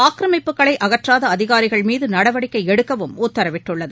ஆக்கிரமிப்புகளை அகற்றாத அதிகாரிகள் மீது நடவடிக்கை எடுக்கவும் உத்தரவிட்டுள்ளது